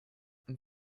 and